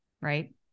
right